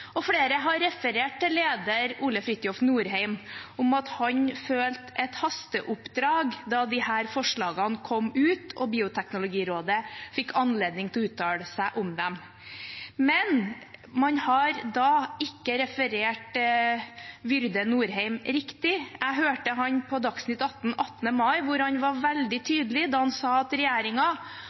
om at han følte det som et hasteoppdrag da disse forslagene kom ut og Bioteknologirådet fikk anledning til å uttale seg om dem. Men man har da ikke referert vyrde Norheim riktig. Jeg hørte ham på Dagsnytt 18 den 18. mai, hvor han var veldig tydelig da han sa at